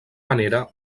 manera